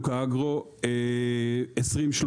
ב-2030,